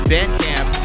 Bandcamp